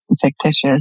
fictitious